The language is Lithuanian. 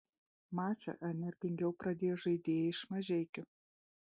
mačą energingiau pradėjo žaidėjai iš mažeikių